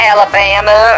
Alabama